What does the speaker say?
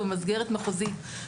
או במסגרת מחוזית,